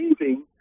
leaving